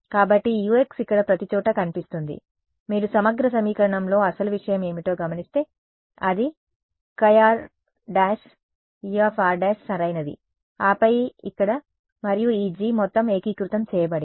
కాబట్టి ఈ Ux ఇక్కడ ప్రతిచోటా కనిపిస్తుంది మీరు సమగ్ర సమీకరణంలో అసలు విషయం ఏమిటో గమనిస్తే అది χr′Er′ సరైనది ఆపై ఇక్కడ మరియు ఈ G మొత్తం ఏకీకృతం చేయబడింది